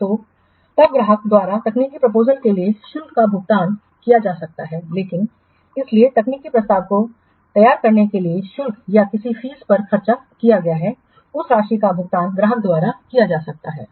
तो तब ग्राहक द्वारा तकनीकी प्रपोजलस के लिए शुल्क का भुगतान किया जा सकता है लेकिन इसलिए तकनीकी प्रस्ताव को तैयार करने में किस शुल्क या किस राशि पर खर्च किया गया है उस राशि का भुगतान ग्राहक द्वारा किया जा सकता है